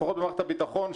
לפחות במערכת הביטחון,